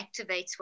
activates